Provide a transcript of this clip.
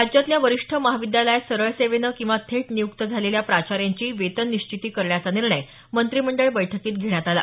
राज्यातल्या वरिष्ठ महाविद्यालयात सरळ सेवेनं किंवा थेट नियुक्त झालेल्या प्राचार्यांची वेतन निश्चिती करण्याचा निर्णय मंत्रिमंडळ बैठकीत घेण्यात आला